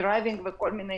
דרייב-אין וכדומה